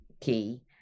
key